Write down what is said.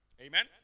Amen